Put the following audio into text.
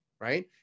right